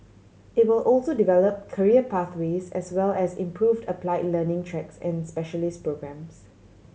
it will also develop career pathways as well as improved apply learning tracks and specialist programmes